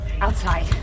Outside